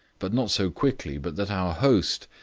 but not so quickly but that our host,